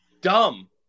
dumb